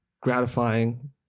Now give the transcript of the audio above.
gratifying